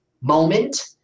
moment